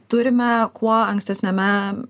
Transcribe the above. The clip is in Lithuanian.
turime kuo ankstesniame